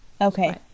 Okay